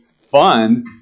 fun